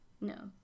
No